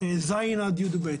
כיתות ז'-י"ב,